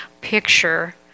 picture